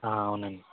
అవునండి